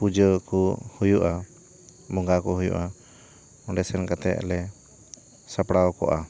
ᱯᱩᱡᱟᱹ ᱠᱚ ᱦᱩᱭᱜᱼᱟ ᱵᱚᱸᱜᱟ ᱠᱚ ᱦᱩᱭᱩᱜᱼᱟ ᱚᱸᱰᱮ ᱥᱮᱱ ᱠᱟᱛᱮ ᱟᱞᱮ ᱥᱟᱯᱲᱟᱣ ᱠᱚᱜᱼᱟ